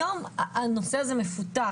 היום הנושא הזה מפותח,